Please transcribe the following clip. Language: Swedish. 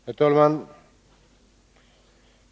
Herr talman!